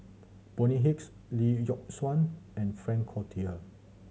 Bonny Hicks Lee Yock Suan and Frank Cloutier